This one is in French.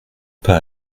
pas